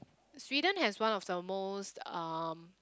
Sweden has one of the most um